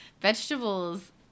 vegetables